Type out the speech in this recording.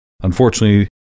Unfortunately